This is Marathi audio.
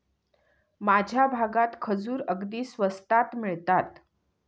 माझ्या भागात खजूर अगदी स्वस्तात मिळतात